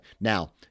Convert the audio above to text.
now